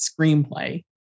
screenplay